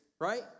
right